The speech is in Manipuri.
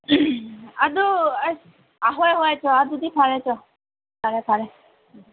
ꯑꯗꯨ ꯑꯁ ꯑꯥ ꯍꯣꯏ ꯍꯣꯏ ꯆꯣ ꯑꯗꯨꯗꯤ ꯐꯔꯦ ꯆꯣ ꯐꯔꯦ ꯐꯔꯦ